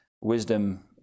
wisdom